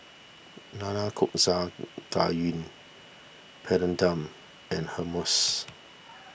Nanakusa Gayu Papadum and Hummus